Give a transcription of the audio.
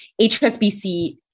HSBC